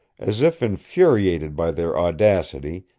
as if infuriated by their audacity,